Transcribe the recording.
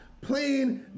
playing